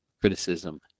criticism